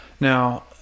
now